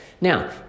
now